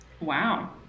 Wow